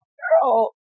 girl